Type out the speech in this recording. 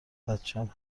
بچم